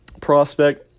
prospect